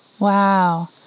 Wow